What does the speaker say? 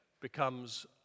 becomes